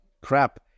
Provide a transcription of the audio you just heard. crap